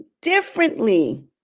differently